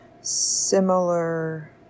similar